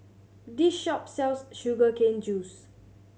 this shop sells sugar cane juice